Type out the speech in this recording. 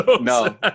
no